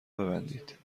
ببندید